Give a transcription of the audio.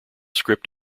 script